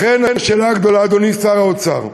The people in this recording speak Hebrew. לכן השאלה הגדולה היא, אדוני שר האוצר,